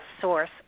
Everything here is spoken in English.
source